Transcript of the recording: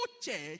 church